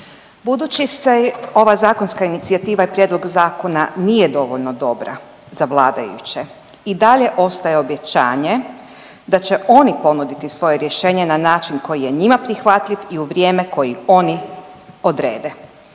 Budući se ova zakonska inicijativa i prijedlog zakona nije dovoljno dobra za vladajuće i dalje ostaje obećanje da će oni ponuditi svoje rješenje na način koji je njima prihvatljiv i u vrijeme koji oni odrede.